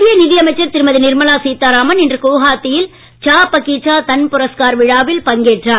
மத்திய நிதி அமைச்சர் திருமதி நிர்மலா சீதாராமன் இன்று குவாஹாத்தியில் சா பகீச்சா தன் புரஸ்கார் விழாவில் பங்கேற்றார்